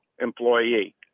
employee